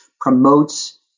promotes